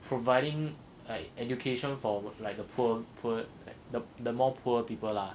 providing like education for like the poor poor like the the more poor people lah